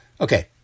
Okay